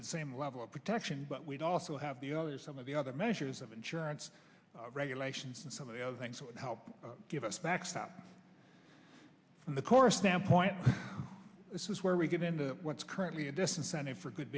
the same level of protection but we also have the other some of the other measures of insurance regulations and some of the other things would help give us a backstop in the chorus standpoint this is where we get in the what's currently a disincentive for good